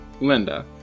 Linda